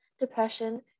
depression